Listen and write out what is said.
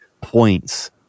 points